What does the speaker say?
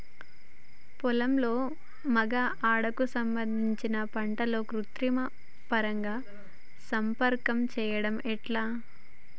పొలంలో మగ ఆడ కు సంబంధించిన పంటలలో కృత్రిమ పరంగా సంపర్కం చెయ్యడం ఎట్ల?